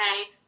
okay